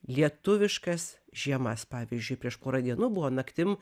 lietuviškas žiemas pavyzdžiui prieš porą dienų buvo naktim